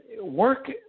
work